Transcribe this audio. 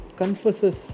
Confesses